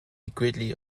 gridley